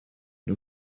nhw